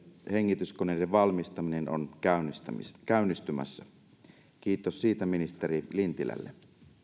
hengityskoneiden valmistaminen on käynnistymässä käynnistymässä kiitos siitä ministeri lintilälle